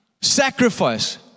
sacrifice